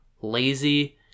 lazy